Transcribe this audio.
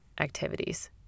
activities